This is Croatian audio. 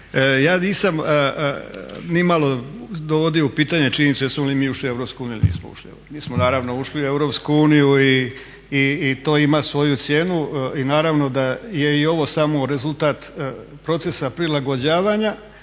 ja nisam nimalo dovodio u pitanje činjenicu jesmo li mi ušli u Europsku uniju ili nismo. Mi smo naravno ušli u Europsku uniju i to ima svoju cijenu i naravno da je i ovo samo rezultat procesa prilagođavanja